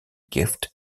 gift